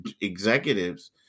executives